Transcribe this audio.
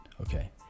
Okay